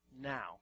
now